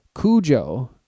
Cujo